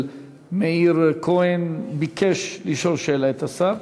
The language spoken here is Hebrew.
מאיר כהן ביקש לשאול שאלה את השר.